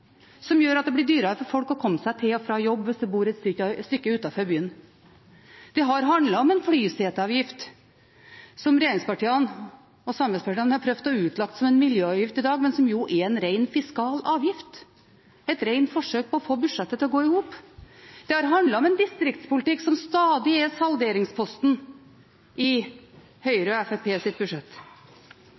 som gjør at det blir dyrere for folk å komme seg til og fra jobb hvis de bor et stykke utenfor byen. Den har handlet om en flyseteavgift som regjeringspartiene og samarbeidspartiene har prøvd å utlegge som en miljøavgift i dag, men som jo er en ren fiskal avgift, et rent forsøk på å få budsjettet til å gå i hop. Den har handlet om en distriktspolitikk som stadig er salderingsposten i Høyre og Fremskrittspartiets budsjett.